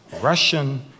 Russian